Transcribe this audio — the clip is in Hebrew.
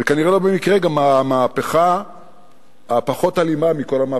וכנראה לא במקרה גם המהפכה הפחות-אלימה מכל המהפכות.